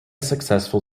successful